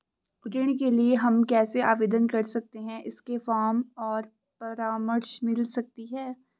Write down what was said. ऋण के लिए हम कैसे आवेदन कर सकते हैं इसके फॉर्म और परामर्श मिल सकती है?